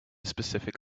specific